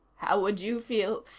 how would you feel,